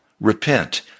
repent